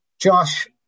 Josh